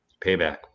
payback